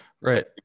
right